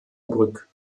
osnabrück